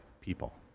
people